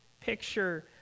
picture